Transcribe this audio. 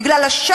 שיצא מכאן,